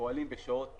שפועלים בשעות